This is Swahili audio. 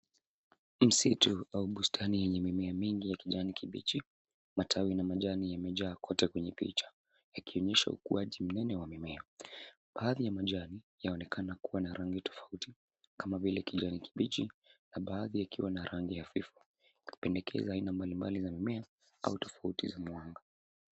Msitu au bustani yenye mimea mingi ya kijani kibichi. Matawi na majani yamejaa kote kwenye picha, yakionyesha ukuaji mnene wa mimea. Baadhi ya majani yanaonekana kuwa na rangi tofauti kama vile kijani kibichi na baadhi yakiwa na rangi hafifu, kupendekeza aina mbalimbali za mimea au tofauti za mwanga.